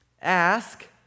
Ask